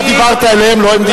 אתה דיברת אליהם, לא הם דיברו אליך.